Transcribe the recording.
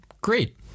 Great